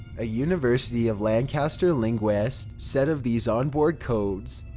a university of lancaster linguist, said of these on-board codes,